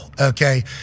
okay